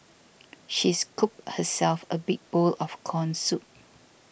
she scooped herself a big bowl of Corn Soup